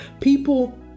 people